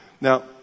Now